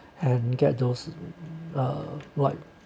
and get those uh right